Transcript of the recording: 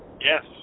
Yes